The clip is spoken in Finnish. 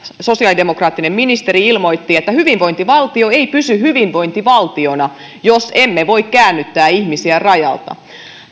sosiaalidemokraattinen ministeri ilmoitti että hyvinvointivaltio ei pysy hyvinvointivaltiona jos emme voi käännyttää ihmisiä rajalta